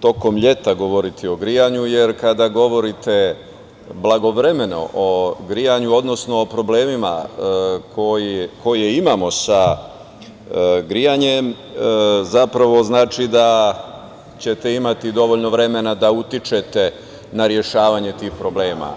tokom leta govoriti o grejanju, jer kada govorite blagovremeno o grejanju, odnosno o problemima koje imamo sa grejanjem, znači da ćete imati dovoljno vremena da utičete na rešavanje tih problema.